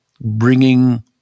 bringing